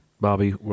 Bobby